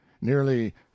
nearly